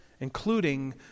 including